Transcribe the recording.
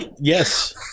yes